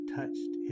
touched